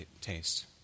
taste